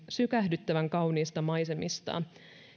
sykähdyttävän kauniista maisemistaan